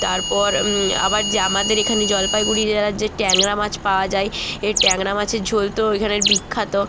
তারপর আবার যে আমাদের এখানে জলপাইগুড়ি জেলার যে ট্যাংরা মাছ পাওয়া যায় এ ট্যাংরা মাছের ঝোল তো এখানের বিখ্যাত